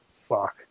fuck